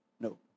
No